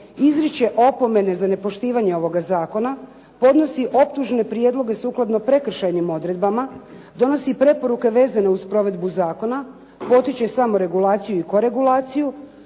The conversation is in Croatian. izriče opomene za nepoštivanje ovoga zakona, podnosi optužne prijedloge sukladno prekršajnim odredbama, donosi preporuke vezane uz provedbu zakona, potiče samoregulaciju i koregulaciju,